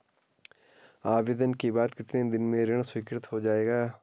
आवेदन के बाद कितने दिन में ऋण स्वीकृत हो जाएगा?